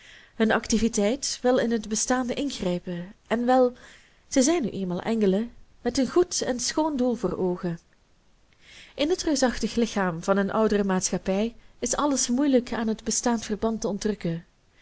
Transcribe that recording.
hunne activiteit wil in het bestaande ingrijpen en wel zij zijn nu eenmaal engelen met een goed en schoon doel voor oogen in het reusachtig lichaam van een oudere maatschappij is alles moeilijk aan het bestaand verband te ontrukken